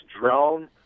drone